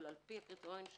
אבל לפי הקריטריונים שלנו,